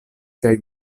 kaj